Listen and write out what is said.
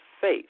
faith